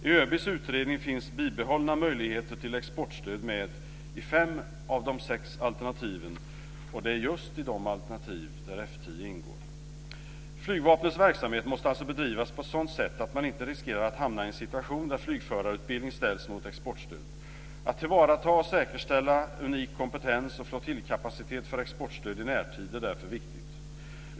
I ÖB:s utredning finns bibehållna möjligheter till exportstöd med i fem av de sex alternativen, och det är just i de alternativ där F 10 ingår. Flygvapnets verksamhet måste alltså bedrivas på ett sådant sätt att man inte riskerar att hamna i en situation där flygförarutbildning ställs mot exportstöd. Att tillvarata och säkerställa unik kompetens och flottiljkapacitet för exportstöd i närtid är därför viktigt.